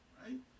right